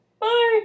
Bye